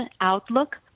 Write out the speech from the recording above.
outlook